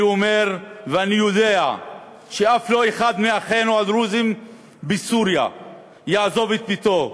אני אומר ואני יודע שאף אחד מאחינו הדרוזים בסוריה לא יעזוב את ביתו.